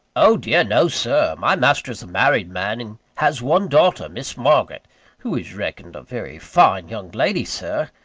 oh dear no, sir! my master is a married man, and has one daughter miss margaret who is reckoned a very fine young lady, sir!